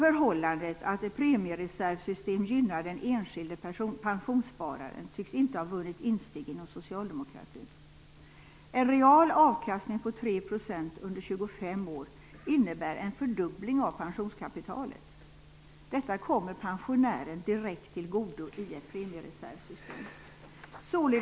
Insikten om att ett premiereservsystem gynnar den enskilde pensionsspararen tycks inte ha vunnit insteg inom socialdemokratin. En real avkastning på 3 % under 25 innebär en fördubbling av pensionskapitalet. Detta kommer pensionären direkt till godo i ett premiereservsystem.